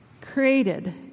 created